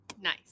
Nice